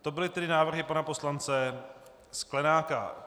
To byly tedy návrhy pana poslance Sklenáka.